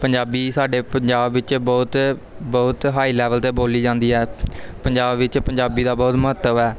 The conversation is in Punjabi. ਪੰਜਾਬੀ ਸਾਡੇ ਪੰਜਾਬ ਵਿੱਚ ਬਹੁਤ ਬਹੁਤ ਹਾਈ ਲੈਵਲ 'ਤੇ ਬੋਲੀ ਜਾਂਦੀ ਹੈ ਪੰਜਾਬ ਵਿੱਚ ਪੰਜਾਬੀ ਦਾ ਬਹੁਤ ਮਹੱਤਵ ਹੈ